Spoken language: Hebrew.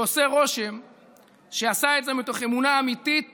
ועושה רושם שעשה את זה מתוך אמונה אמיתית